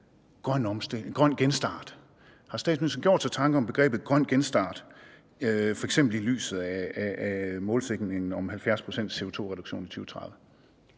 grøn genstart? Har statsministeren gjort sig tanker om begrebet grøn genstart, f.eks. i lyset af målsætningen om 70 procent CO2-reduktion i 2030?